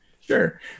Sure